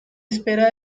espera